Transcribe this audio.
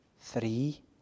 Three